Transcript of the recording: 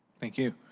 thank you.